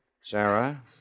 Sarah